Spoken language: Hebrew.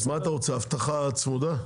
אז מה אתה רוצה, אבטחה צמודה?